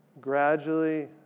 gradually